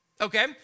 okay